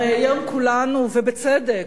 הרי היום כולנו, ובצדק,